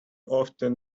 often